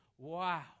Wow